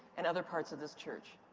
and other parts of this church?